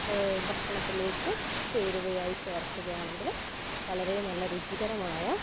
ഭക്ഷണത്തിലേക്ക് ചേരുവയായി ചേർക്കുകയാണെങ്കിൽ വളരെ നല്ല രുചികരമായ